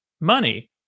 money